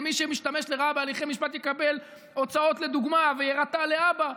ושמי שמשתמש לרעה בהליכי משפט יקבל הוצאות לדוגמה ויירתע להבא.